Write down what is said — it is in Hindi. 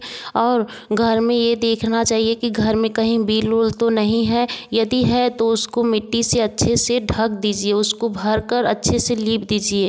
और घर में यह देखना चहिए कि घर में कहीं बिल उल तो नहीं है यदि हैं तो उसको मिट्टी से अच्छे से ढक दीजिए उसको भरकर अच्छे से लीप दीजिए